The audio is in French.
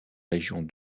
régions